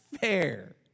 fair